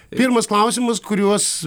pirmas klausimas kuriuos